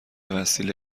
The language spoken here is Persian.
وسیله